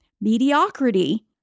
mediocrity